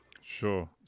sure